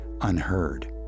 unheard